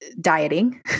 dieting